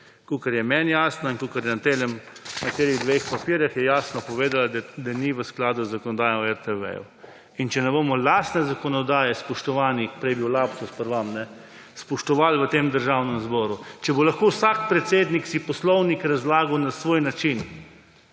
Kakor je meni jasno in kakor je na teh dveh papirjih, je jasno povedala, da ni v skladu z zakonodajo o RTV. In če ne bomo lastne zakonodaje, spoštovani, prej je bil lapsus pri vam, spoštovali v tem Državnem zboru, če bo lahko vsak predsednik si poslovnik razlagal na svoj način